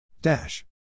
Dash